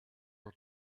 her